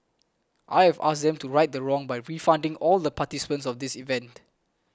I have asked them to right the wrong by refunding all the participants of this event